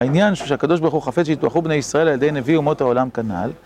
העניין הוא שהקדוש ברוך הוא חפש שיתוחו בני ישראל לידי נביא ומות העולם כנעל.